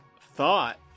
thought